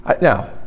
Now